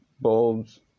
bulbs